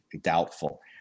doubtful